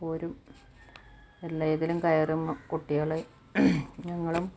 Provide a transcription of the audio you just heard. പോരും എല്ലേതിലും കയറും കുട്ടികള് ഞങ്ങളും